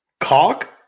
Cock